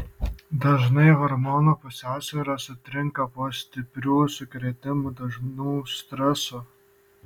dažnai hormonų pusiausvyra sutrinka po stiprių sukrėtimų dažnų streso